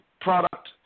product